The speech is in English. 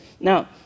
Now